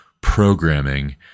programming